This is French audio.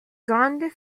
grandes